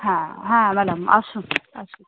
হ্যাঁ হ্যাঁ ম্যাডাম আসুন আসুন